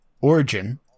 Origin